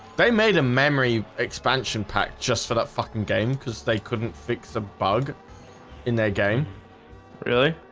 they made a memory expansion pack just for that fucking game cuz they couldn't fix a bug in their game really?